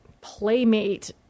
playmate